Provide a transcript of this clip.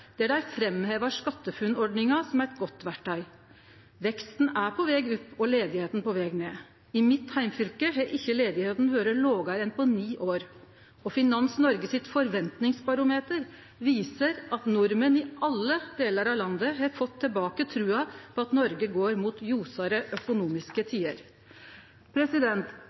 der dei framhevar SkatteFUNN-ordninga som eit godt verktøy. Veksten er på veg opp og arbeidsløysa på veg ned. I mitt heimfylke har ikkje talet på ledige vore lågare på ni år, og forventingsbarometeret til Finans Norge viser at nordmenn i alle delar av landet har fått tilbake trua på at Noreg går mot lysare økonomiske tider.